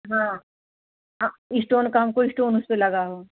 हाँ हाँ इस्टोन का हमको स्टोन उस पर लगा हो